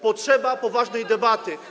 Potrzeba poważnej debaty.